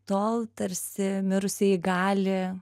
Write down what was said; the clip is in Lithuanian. tol tarsi mirusieji gali